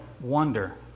wonder